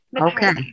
Okay